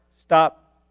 stop